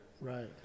Right